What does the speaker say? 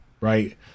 Right